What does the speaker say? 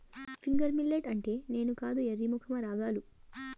finger millet అంటే నేను కాదు ఎర్రి మొఖమా రాగులు